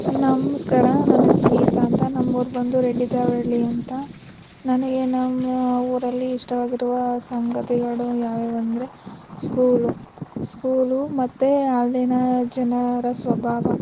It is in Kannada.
ನಮಸ್ಕಾರ ನನ್ನ ಹೆಸ್ರು ಗೀತಾ ಅಂತ ನಮ್ಮ ಊರು ಬಂದು ರೆಡ್ಡಿದೇವರಳ್ಳಿ ಅಂತ ನನಗೆ ನಮ್ಮ ಊರಲ್ಲಿ ಇಷ್ಟವಾಗಿರುವ ಸಂಗತಿಗಳು ಯಾವ್ಯಾವು ಅಂದರೆ ಸ್ಕೂಲು ಸ್ಕೂಲು ಮತ್ತು ಅಲ್ಲಿನ ಜನರ ಸ್ವಭಾವ